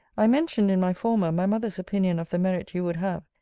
i mentioned in my former my mother's opinion of the merit you would have,